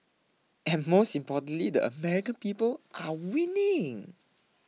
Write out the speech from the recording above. and most importantly the American people are winning